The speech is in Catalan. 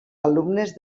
alumnes